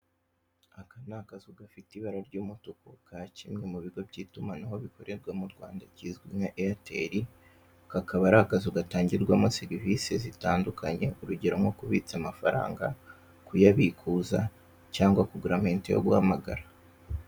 Aka nakazu gafite ibara ry'umutuku ka kimwe mubigo byitumanaho bikorerwa murwanda kizwi nka eyateri, kakaba Ari akazu gatangirwamo serivise zitandukanye urugero nkokubitsa amafaranga kuyabikuza cyangwa kugura ama inite yo guhamagara.